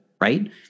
right